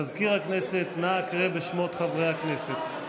מזכיר הכנסת, נא הקרא את שמות חברי הכנסת.